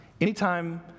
Anytime